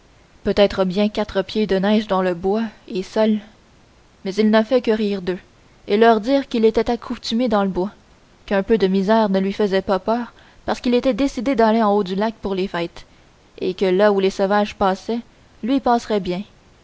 peut-être bien quatre pieds de neige dans le bois et seul mais il n'a fait que rire d'eux et leur dire qu'il était accoutumé dans le bois qu'un peu de misère ne lui faisait pas peur parce qu'il était décidé d'aller en haut du lac pour les fêtes et que là où les sauvages passaient lui passerait bien